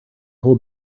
whole